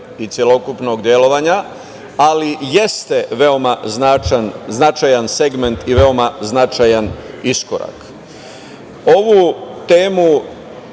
i celokupnog delovanja, ali jeste veoma značajan i veoma značajan iskorak. Ovu